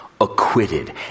acquitted